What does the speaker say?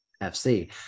FC